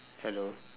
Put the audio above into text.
hello